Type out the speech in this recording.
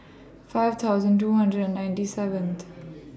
five thousand two hundred and ninety seventh